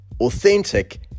authentic